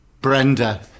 Brenda